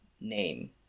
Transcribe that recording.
name